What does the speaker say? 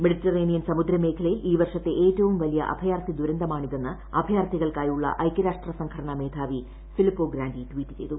Mediterranean സമുദ്ര മേഖലയിൽ ഈ വർഷത്തെ ഏറ്റവും വലിയ അഭയാർഥി ദുരന്തമാണ് ഇതെന്ന് അഭയാർഥികൾക്കായുള്ള ഐക്യരാഷ്ട്ര സംഘടനാ മേധാവി ഫിലിപ്പോ ഗ്രാന്റി ട്വീറ്റ് ചെയ്തു